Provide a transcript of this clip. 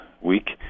week